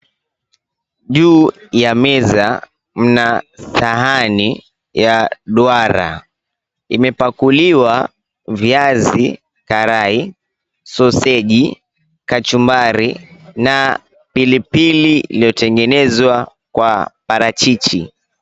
Juu ya meza mna sahani ya rangi ya duara, imepakuliwa viazi karai, soseji , kachumbari na pilipili iliyotengenezwa kwa parachichi.